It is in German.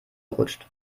rutscht